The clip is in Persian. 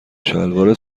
شلوار